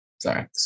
Sorry